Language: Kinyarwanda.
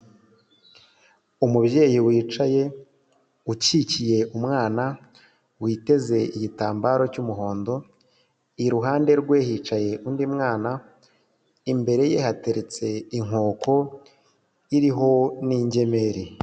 Umubyeyi wicaye ukikiye umwana witeze igitambaro cy'umuhondo, iruhande rwe hicaye undi mwana imbere ye hateretse inkoko iriho n'ingemeri.